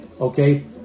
okay